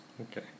Okay